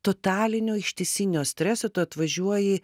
totalinio ištisinio streso tu atvažiuoji